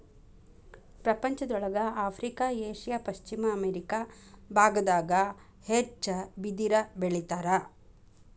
ಪ್ರಪಂಚದೊಳಗ Africa Asia ಪಶ್ಚಿಮ America ಬಾಗದಾಗ ಹೆಚ್ಚ ಬಿದಿರ ಬೆಳಿತಾರ